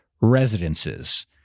residences